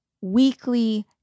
weekly